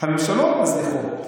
הממשלות מזניחות.